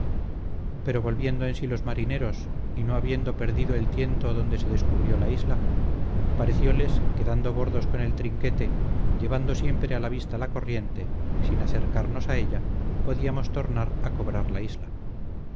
pero volviendo en sí los marineros y no habiendo perdido el tiento donde se descubrió la isla parecioles que dando bordos con el trinquete llevando siempre a vista la corriente sin acercarnos a ella podíamos tornar a cobrar la isla